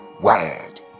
word